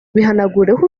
bihanagureho